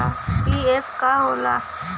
PF का होला?